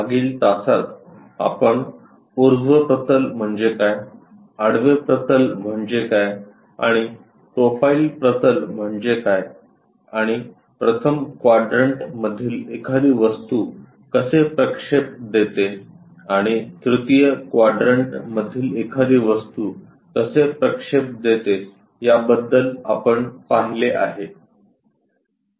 मागील तासात आपण ऊर्ध्व प्रतल म्हणजे काय आडवे प्रतल म्हणजे काय आणि प्रोफाइल प्रतल म्हणजे काय आणि प्रथम क्वाड्रंटमधील एखादी वस्तू कसे प्रक्षेप देते आणि तृतीय क्वाड्रन्ट मधील एखादी वस्तू कसे प्रक्षेप देते याबद्दल आपण पाहिले आहे